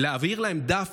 להעביר להם דף